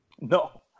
No